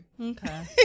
Okay